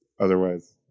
Otherwise